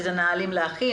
אילו נהלים להכין,